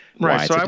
Right